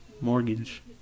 Mortgage